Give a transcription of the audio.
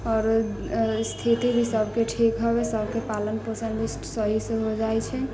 और स्थिति भी सभके ठीक होबे सभके पालन पोषण भी सहीसँ हो जाइत छै